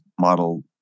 model